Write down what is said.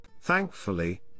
thankfully